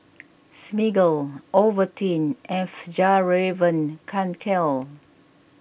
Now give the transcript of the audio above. Smiggle Ovaltine and Fjallraven Kanken